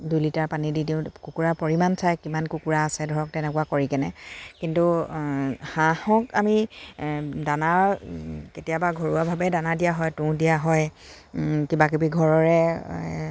দুই লিটাৰ পানী দি দিওঁ কুকুৰা পৰিমাণ চায় কিমান কুকুৰা আছে ধৰক তেনেকুৱা কৰি কেনে কিন্তু হাঁহক আমি দানা কেতিয়াবা ঘৰুৱাভাৱে দানা দিয়া হয় তুঁহ দিয়া হয় কিবাকিবি ঘৰৰে